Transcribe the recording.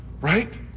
right